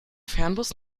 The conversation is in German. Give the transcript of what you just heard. fernbus